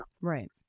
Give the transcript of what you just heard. right